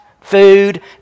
food